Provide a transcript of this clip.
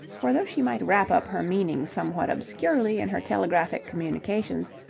for though she might wrap up her meaning somewhat obscurely in her telegraphic communications,